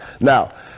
Now